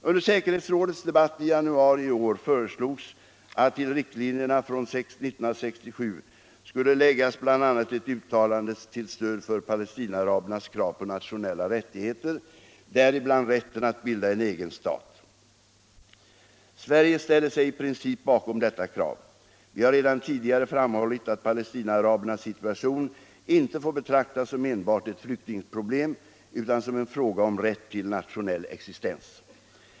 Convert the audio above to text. Under säkerhetsrådets debatt i januari i år föreslogs att till riktlinjerna från 1967 skulle läggas bl.a. ett uttalande till stöd för Palestinaarabernas krav på nationella rättigheter, däribland rätten att bilda en egen stat. Sverige ställer sig i princip bakom detta krav. Vi har redan tidigare framhållit att Palestinaarabernas situation inte får betraktas som enbart ett flyktingproblem utan som en fråga om rätt till nationell existens.